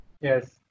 Yes